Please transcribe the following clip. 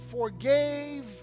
forgave